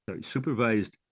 supervised